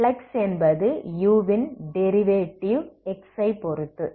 flux என்பது u வின் derivative x ஐ பொறுத்து